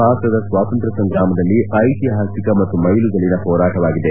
ಭಾರತದ ಸ್ನಾತಂತ್ರ್ಕ ಸಂಗ್ರಾಮದಲ್ಲಿ ಐತಿಹಾಸಿಕ ಮತ್ತು ಮ್ನೆಲಿಗಲ್ಲಿನ ಹೋರಾಟವಾಗಿದೆ